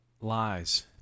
lies